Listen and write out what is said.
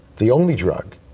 the only drug,